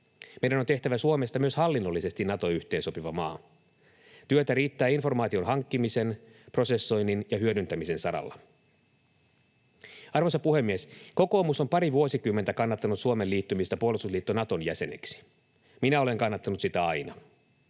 Meidän on tehtävä Suomesta myös hallinnollisesti Nato-yhteensopiva maa. Työtä riittää informaation hankkimisen, prosessoinnin ja hyödyntämisen saralla. Arvoisa puhemies! Kokoomus on pari vuosikymmentä kannattanut Suomen liittymistä puolustusliitto Naton jäseneksi. Minä olen kannattanut sitä aina.